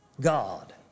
God